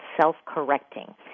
self-correcting